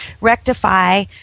rectify